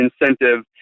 incentive